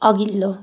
अघिल्लो